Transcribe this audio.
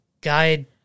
guide